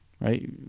right